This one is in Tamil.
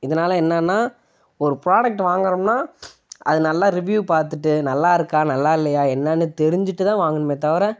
இதனால என்னென்னா ஒரு ப்ராடெக்ட் வாங்கிறோம்னா அதை நல்லா ரிவ்யூவ் பார்த்துட்டு நல்லாயிருக்கா நல்லா இல்லையா என்னென்னு தெரிஞ்சுட்டு தான் வாங்கணுமே தவிர